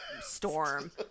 storm